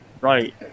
right